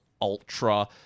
ultra